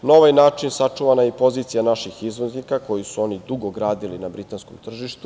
Na ovaj način sačuvana je i pozicija naših izvoznika koju su oni dugo gradili na britanskom tržištu.